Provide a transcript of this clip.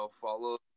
follow